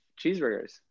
cheeseburgers